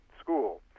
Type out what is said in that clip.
school